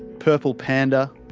purple panda,